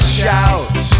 shout